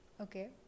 okay